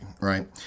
Right